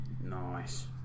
Nice